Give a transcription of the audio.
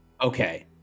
Okay